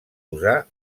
usar